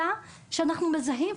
יש לי קליניקה פרטית עשר שנים,